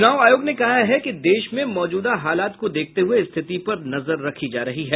चुनाव आयोग ने कहा है कि देश में मौजूदा हालात को देखते हुये स्थिति पर नजर रखी जा रही है